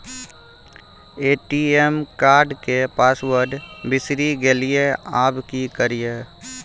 ATM card के password बिसरि गेलियै आबय की करियै?